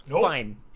Fine